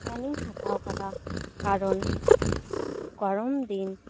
fan ᱤᱧ ᱦᱟᱛᱟᱣ ᱟᱠᱟᱫᱟ ᱠᱟᱨᱚᱱ ᱜᱚᱨᱚᱢ ᱫᱤᱱ